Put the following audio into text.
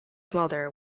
mother